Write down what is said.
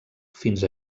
fins